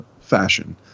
fashion